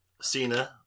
Cena